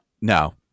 no